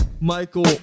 Michael